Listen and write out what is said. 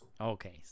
Okay